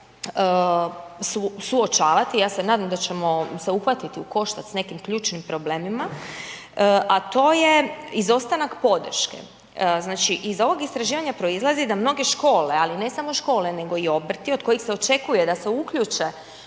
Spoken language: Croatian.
suočavati, ja se nadam se da ćemo se uhvatiti u koštac s nekim ključnim problemima, a to je izostanak podrške. Znači iza ovog istraživanja proizlazi da mnoge škole, ali ne samo škole nego i obrti od kojih se očekuje da se uključe